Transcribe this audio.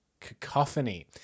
Cacophony